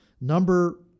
Number